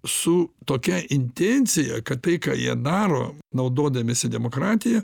su tokia intencija kad tai ką jie daro naudodamiesi demokratija